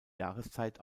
jahreszeit